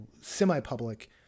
semi-public